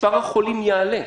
מספר החולים יעלה.